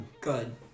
good